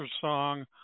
song